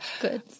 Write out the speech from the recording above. Good